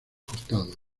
costados